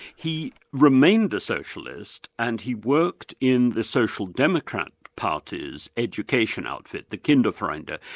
he remained a socialist and he worked in the social democrat party's education outfit, the kinderfreunder.